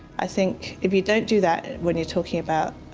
i think, if you don't do that, when you're talking about.